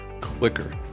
quicker